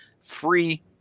free